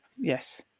Yes